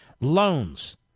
loans